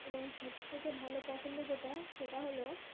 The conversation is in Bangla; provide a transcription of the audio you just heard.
এবং সবথেকে ভালো পছন্দ যেটা সেটা হলো